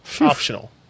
Optional